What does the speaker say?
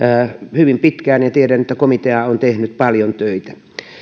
hyvin pitkään ja tiedän että komitea on tehnyt paljon töitä